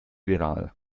viral